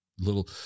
Little